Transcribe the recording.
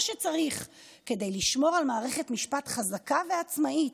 שצריך כדי לשמור על מערכת משפט חזקה ועצמאית.